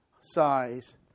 size